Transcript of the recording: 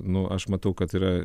nu aš matau kad yra